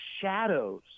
shadows